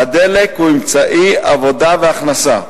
הדלק הוא אמצעי עבודה והכנסה,